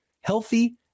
healthy